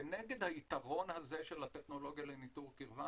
כנגד היתרון הזה של הטכנולוגיה לניטור קירבה,